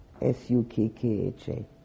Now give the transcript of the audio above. s-u-k-k-h-a